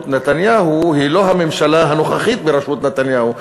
נתניהו היא לא הממשלה הנוכחית בראשות נתניהו.